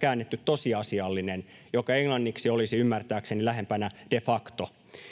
käännetty ”tosiasiallinen”, joka englanniksi olisi ymmärtääkseni lähempänä ilmausta